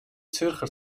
zürcher